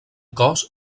cos